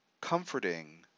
comforting